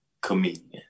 comedian